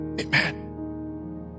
Amen